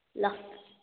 ल